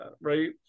right